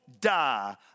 die